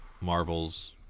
Marvels